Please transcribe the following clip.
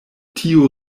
tio